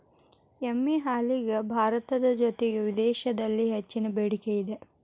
ಎಮ್ಮೆ ಹಾಲಿಗೆ ಭಾರತದ ಜೊತೆಗೆ ವಿದೇಶಿದಲ್ಲಿ ಹೆಚ್ಚಿನ ಬೆಡಿಕೆ ಇದೆ